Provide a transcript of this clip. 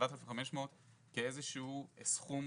ה-7,500 כאיזה שהוא סכום